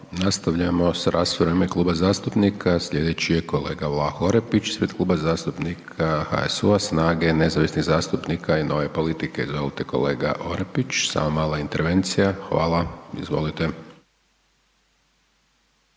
Nastavljamo s raspravom u ime kluba zastupnika, slijedeći je kolega Vlaho Orepić ispred Kluba zastupnika HSU-a, SNAGA-e, nezavisnih zastupnika i Nove politike. Izvolite kolega Orepić. Samo mala intervencija. Hvala. Izvolite.